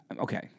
Okay